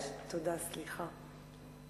סליחה.